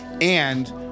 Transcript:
and-